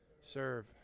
Serve